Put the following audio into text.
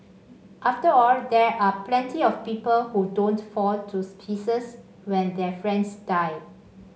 after all there are plenty of people who don't fall to pieces when their friends die